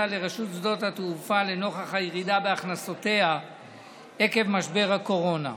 לרשות שדות התעופה לנוכח הירידה בהכנסותיה עקב משבר הקורונה.